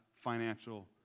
financial